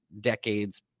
decades